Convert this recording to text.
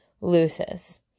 loses